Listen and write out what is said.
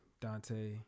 Dante